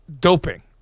doping